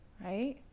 Right